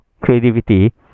creativity